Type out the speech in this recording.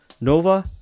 Nova